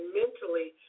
mentally